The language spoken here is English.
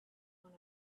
one